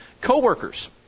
Coworkers